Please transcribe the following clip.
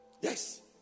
Yes